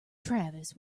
travis